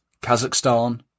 Kazakhstan